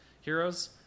heroes